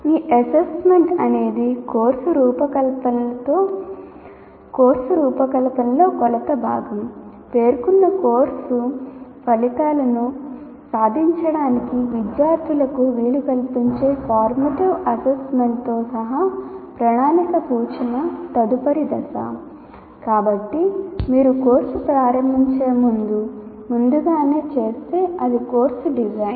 ఈ అస్సెస్సెమెంట్ అనేది కోర్సు రూపకల్పనలో కొలత భాగం పేర్కొన్న కోర్సు ఫలితాలను సాధించడానికి విద్యార్థులకు వీలు కల్పించే ఫార్మేటివ్ అసెస్మెంట్ ముందుగానే చేస్తే అది కోర్సు డిజైన్